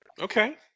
Okay